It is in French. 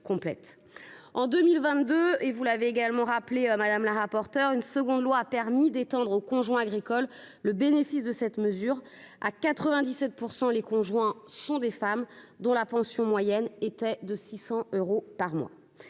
En 2022, comme l'a souligné Mme la rapporteure, une seconde loi a permis d'étendre aux conjoints agricoles le bénéfice de cette mesure. Or 97 % de ces conjoints sont des femmes, dont la pension moyenne était de 600 euros par mois.